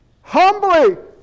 Humbly